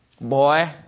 boy